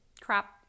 crap